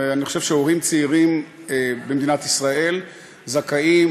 ואני חושב שהורים צעירים במדינת ישראל זכאים,